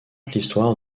l’histoire